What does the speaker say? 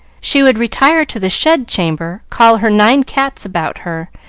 she would retire to the shed-chamber, call her nine cats about her,